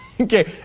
Okay